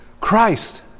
Christ